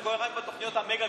זה קורה רק בתוכניות המגה-גדולות.